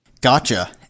Gotcha